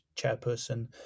chairperson